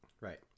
Right